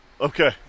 Okay